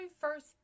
first